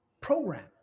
program